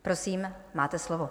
Prosím, máte slovo.